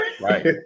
Right